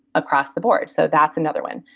across the board, so that's another one.